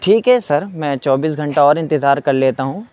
ٹھیک ہے سر میں چوبیس گھنٹہ اور انتظار کر لیتا ہوں